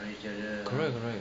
correct correct